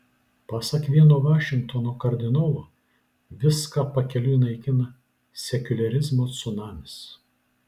pasak vieno vašingtono kardinolo viską pakeliui naikina sekuliarizmo cunamis